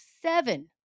seven